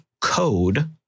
code